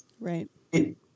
Right